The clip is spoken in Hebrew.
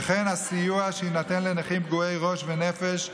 וכן הסיוע שיינתן לנכים פגועי ראש ונפש,